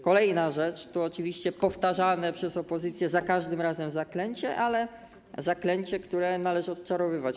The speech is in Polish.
Kolejna rzecz to oczywiście powtarzane przez opozycję za każdym razem zaklęcie, ale zaklęcie, które należy odczarowywać.